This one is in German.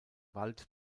wald